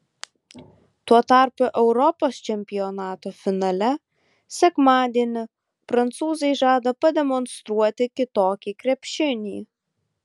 tuo tarpu europos čempionato finale sekmadienį prancūzai žada pademonstruoti kitokį krepšinį